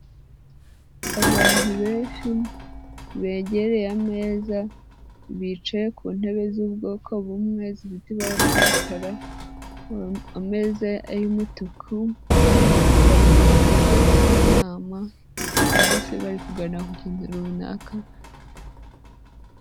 Abantu benshi begereye ameza, bicaye ku ntebe z'ubwoko bumwe zifite ibara ry'umukara, ameza y'umutuku, bari mu gikorwa cy'inama cyangwa se bari kuganira ku kintu runaka.